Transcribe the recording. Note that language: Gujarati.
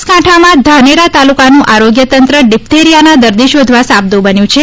બનાસકાંઠામાં ધાનેરા તાલુકાનું આરોગ્યતંત્ર ડિપ્થેરીયાના દર્દી શોધવા સાબદું બન્યું છે